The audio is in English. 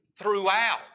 throughout